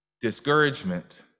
discouragement